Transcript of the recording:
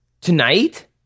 tonight